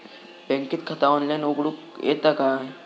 बँकेत खाता ऑनलाइन उघडूक येता काय?